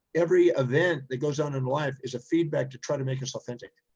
every event that goes on in life is a feedback to try to make us authentic.